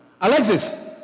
Alexis